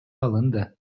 алынды